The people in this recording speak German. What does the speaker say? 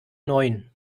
neun